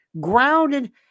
grounded